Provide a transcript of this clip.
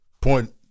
point